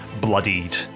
bloodied